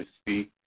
speak